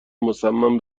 مصمم